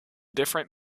different